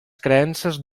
creences